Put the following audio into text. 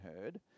heard